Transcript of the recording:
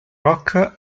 rock